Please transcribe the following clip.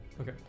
Okay